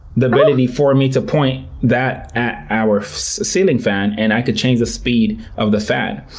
the ability for me to point that at our ceiling fan, and i could change the speed of the fan.